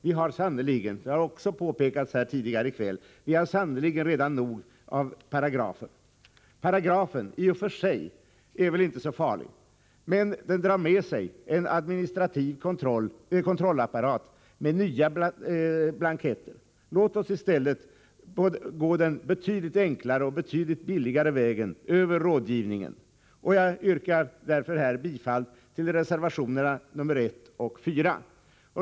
Vi har sannerligen — det har också påpekats här tidigare i kväll — redan nog av paragrafer. Paragrafen i sig är väl inte så farlig, men den drar med sig en administrativ kontrollapparat med nya blanketter. Låt oss i stället gå den betydligt enklare och billigare vägen över rådgivningen. Jag yrkar därför bifall till reservationerna 1 och 4.